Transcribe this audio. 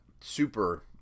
super